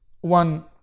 one